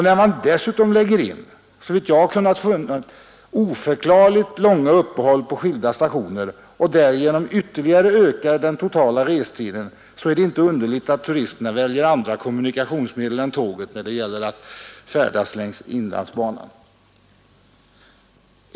När man dessutom lägger in — såvitt jag har kunnat finna — oförklarligt långa uppehåll på skilda stationer och därigenom ytterligare ökar den totala restiden, så är det inte underligt att turisterna väljer andra kommunikationsmedel än tåget när det gäller att färdas längs inlandsbanan.